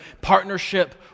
Partnership